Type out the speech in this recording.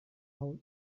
how